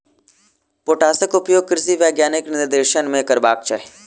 पोटासक उपयोग कृषि वैज्ञानिकक निर्देशन मे करबाक चाही